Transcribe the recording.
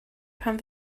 pan